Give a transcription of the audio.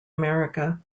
america